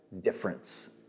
difference